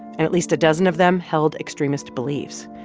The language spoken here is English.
and at least a dozen of them held extremist beliefs.